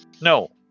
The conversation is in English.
no